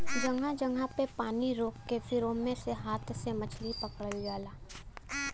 जगह जगह पे पानी रोक के फिर ओमे से हाथ से मछरी पकड़ल जाला